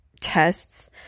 tests